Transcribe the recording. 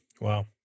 Wow